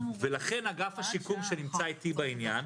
לכן אגף השיקום שנמצא איתי בעניין,